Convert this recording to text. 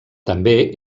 també